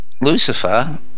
Lucifer